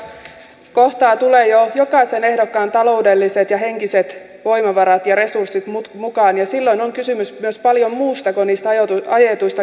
kyllä tuossa kohtaa tulevat jo jokaisen ehdokkaan taloudelliset ja henkiset voimavarat ja resurssit mukaan ja silloin on kysymys myös paljon muusta kuin niistä ajetuista kilometreistä